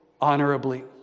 honorably